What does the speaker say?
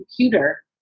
computer